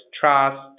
trust